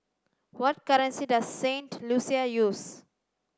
what currency does Saint Lucia use